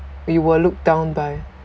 we will look down by